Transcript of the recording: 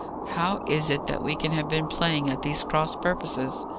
how is it that we can have been playing at these cross-purposes,